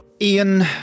Ian